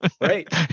Right